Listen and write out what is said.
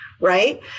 Right